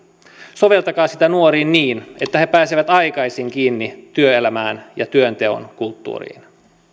soveltakaa sitä nuoriin niin että he pääsevät aikaisin kiinni työelämään ja työnteon kulttuuriin